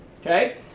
Okay